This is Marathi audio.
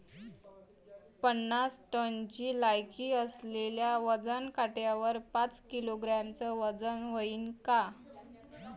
पन्नास टनची लायकी असलेल्या वजन काट्यावर पाच किलोग्रॅमचं वजन व्हईन का?